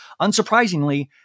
Unsurprisingly